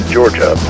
Georgia